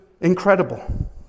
incredible